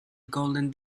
golden